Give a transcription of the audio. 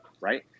right